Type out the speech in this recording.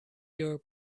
your